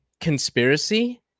conspiracy